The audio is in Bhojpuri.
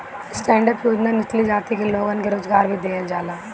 स्टैंडडप योजना निचली जाति के लोगन के रोजगार भी देहल जाला